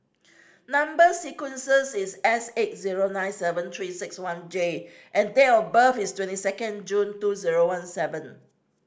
number sequences is S eight zero nine seven Three Six One J and date of birth is twenty second June two zero one seven